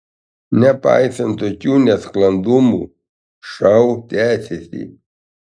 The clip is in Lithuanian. nepaisant tokių nesklandumų šou tęsėsi